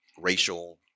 racial